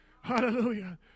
Hallelujah